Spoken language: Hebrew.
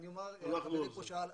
אדוני פה שאל,